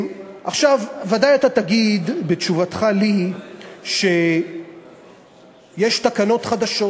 ודאי אתה תגיד בתשובתך לי שיש תקנות חדשות.